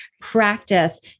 practice